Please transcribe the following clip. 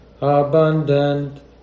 abundant